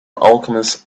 alchemist